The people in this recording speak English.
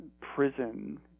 prison